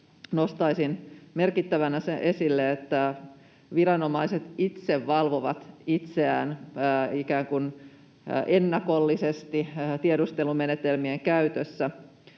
nostaisin merkittävänä sen esille, että viranomaiset itse valvovat itseään ikään kuin ennakollisesti tiedustelumenetelmien käytössä